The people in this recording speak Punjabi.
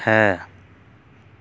ਹੈ